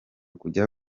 kujya